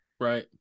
right